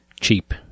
cheap